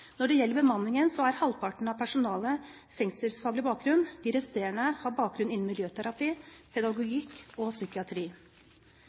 Når det gjelder bemanningen, har halvparten av personalet fengselsfaglig bakgrunn. De resterende har bakgrunn innen miljøterapi,